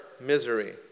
misery